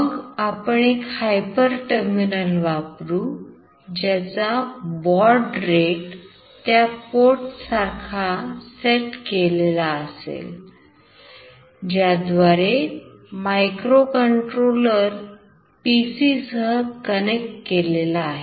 मग आपण एक हायपर टर्मिनल वापरु ज्याचा baud rate त्या पोर्ट सारखा set केलेला असेल ज्याद्वारे मायक्रोकंट्रोलर पीसी सह कनेक्ट केलेला आहे